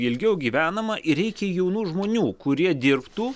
ilgiau gyvenama ir reikia jaunų žmonių kurie dirbtų